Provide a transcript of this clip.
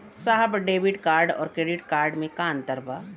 साहब debit card और credit card में का अंतर बा?